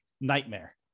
nightmare